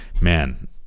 man